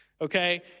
okay